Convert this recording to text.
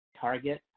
target